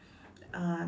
uh